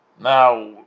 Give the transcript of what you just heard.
Now